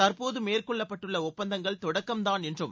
தற்போது மேற்கொள்ளப்பட்டுள்ள ஒப்பந்தங்கள் தொடக்கம்தான் என்றும்